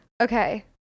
okay